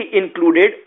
included